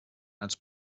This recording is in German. als